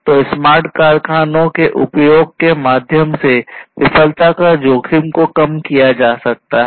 तो स्मार्ट कारखानों के उपयोग के माध्यम से विफलता के जोखिम को कम किया जा सकता है